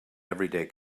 everyday